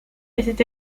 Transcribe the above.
était